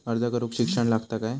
अर्ज करूक शिक्षण लागता काय?